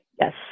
Yes